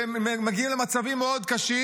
והם מגיעים למצבים מאוד קשים,